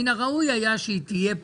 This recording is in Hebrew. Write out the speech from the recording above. מן הראוי היה שהיא תהיה פה.